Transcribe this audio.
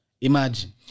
Imagine